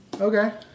Okay